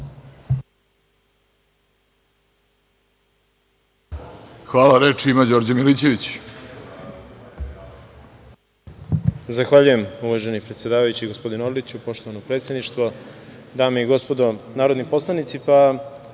Hvala. Reč ima Đorđe Milićević.